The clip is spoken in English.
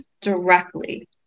directly